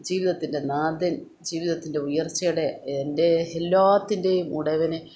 ജീവിതത്തിൻറെ നാഥൻ ജീവിതത്തിൻറെ ഉയർച്ചയുടെ എൻ്റെ എല്ലാത്തിൻറേയും ഉടയവനെ